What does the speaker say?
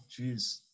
Jeez